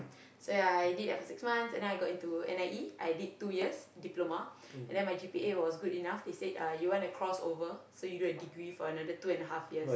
so ya I did a six months and then I got into N_I_E I did two years diploma and then my G_P_A was good enough they said uh you wanna cross over so you do a degree for another two and half years